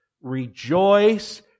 Rejoice